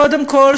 קודם כול,